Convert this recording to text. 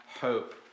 hope